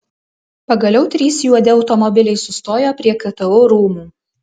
pagaliau trys juodi automobiliai sustojo prie ktu rūmų